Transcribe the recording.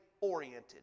oriented